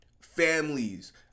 families